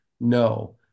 No